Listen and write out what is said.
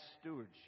stewardship